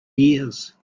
years